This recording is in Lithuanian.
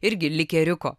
irgi likeriuko